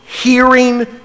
Hearing